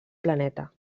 planeta